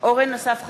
אורן אסף חזן,